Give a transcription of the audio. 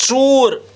ژوٗر